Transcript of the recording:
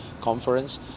conference